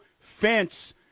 fence